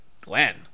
Glenn